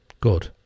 good